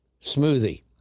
smoothie